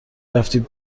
رفتی